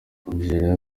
nigeria